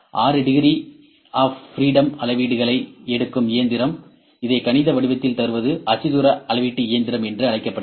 6 degree of freedom அளவீடுகளை எடுக்கும் இயந்திரம் இதை கணித வடிவத்தில் தருவது அச்சுத்தூர அளவீட்டு இயந்திரம் என்று அழைக்கப்படுகிறது